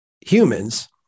humans